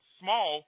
small